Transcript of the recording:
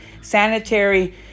sanitary